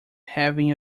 having